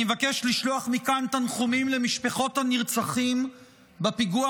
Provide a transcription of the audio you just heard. אני מבקש לשלוח מכאן תנחומים למשפחות הנרצחים בפיגוע